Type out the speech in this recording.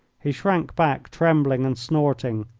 he shrank back trembling and snorting.